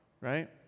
right